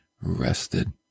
Rested